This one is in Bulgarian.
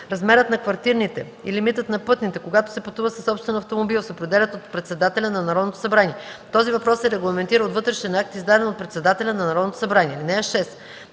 Размерът на квартирните и лимитът на пътните, когато се пътува със собствен автомобил, се определят от председателя на Народното събрание. Този въпрос се регламентира от вътрешен акт, издаден от председателя на Народното събрание. (6)